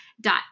dot